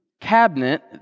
cabinet